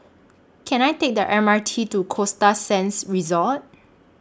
Can I Take The M R T to Costa Sands Resort